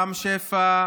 רם שפע,